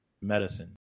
medicine